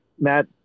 Matt